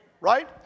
right